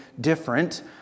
different